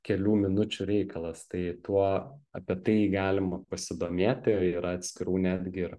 kelių minučių reikalas tai tuo apie tai galima pasidomėti yra atskirų netgi ir